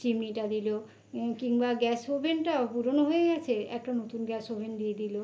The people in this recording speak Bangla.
চিমনিটা দিলো কিংবা গ্যাস ওভেনটা পুরোনো হয়ে গেছে একটা নতুন গ্যাস ওভেন দিয়ে দিলো